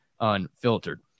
Unfiltered